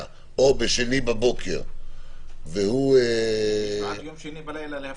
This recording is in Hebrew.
או בשני בבוקר --- יש לו עד יום שני בלילה להפקיד.